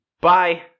bye